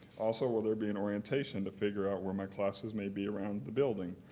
also, will there be an orientation to figure out where my classes may be around the building?